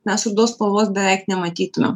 mes rudos spalvos beveik nematytumėm